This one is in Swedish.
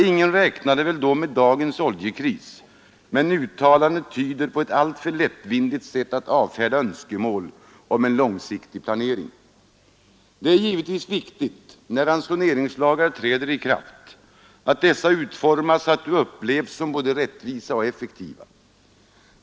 Ingen räknade väl då med dagens oljekris, men uttalandet tyder på ett alltför lättvindigt sätt att avfärda önskemål om en långsiktig planering. Det är givetvis viktigt när ransoneringslagar träder i kraft, att dessa utformas så att de upplevs som både rättvisa och effektiva.